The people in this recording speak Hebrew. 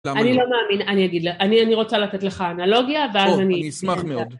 אני לא מאמין, אני רוצה לתת לך אנלוגיה ואז... אני אשמח מאוד.